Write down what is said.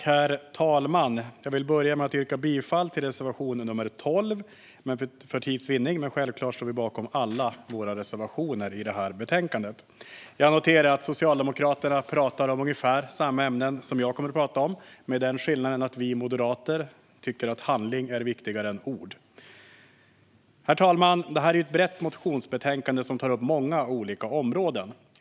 Herr talman! Jag vill börja med att yrka bifall till reservation 12, för tids vinnande, men självklart står vi bakom alla våra reservationer i detta betänkande. Jag noterar att Socialdemokraterna pratar om ungefär samma ämnen som jag kommer att prata om, med skillnaden att vi moderater tycker att handling är viktigare än ord. Herr talman! Detta är ett brett motionsbetänkande, som tar upp många olika områden.